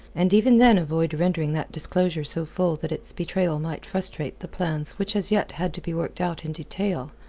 and even then avoid rendering that disclosure so full that its betrayal might frustrate the plans which as yet had to be worked out in detail.